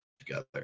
together